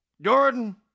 Jordan